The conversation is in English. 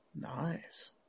Nice